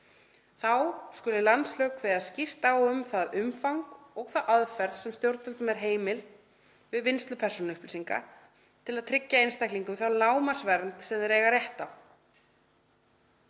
Þá skuli landslög kveða skýrt á um það umfang og þá aðferð sem stjórnvöldum er heimil við vinnslu persónuupplýsinga til að tryggja einstaklingum þá lágmarksvernd sem þeir eigi rétt á